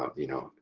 ah you know,